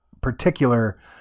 particular